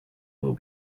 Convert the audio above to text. will